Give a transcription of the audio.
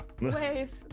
Wave